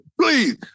please